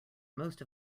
most